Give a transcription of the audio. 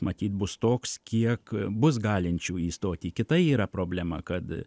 matyt bus toks kiek bus galinčių įstoti kita yra problema kad